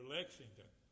Lexington